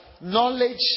knowledge